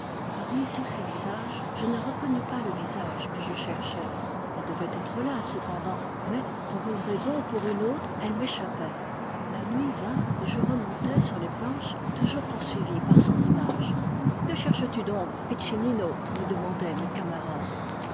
parmi tous ces visages je ne reconnus pas le visage que je cherchais elle devait être là cependant mais pour une raison ou pour une autre elle m'échappait la nuit vint et je remontai sur les planches toujours poursuivi par son image que cherches-tu donc piccinino me demandaient mes camarades